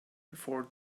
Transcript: before